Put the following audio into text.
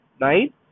nine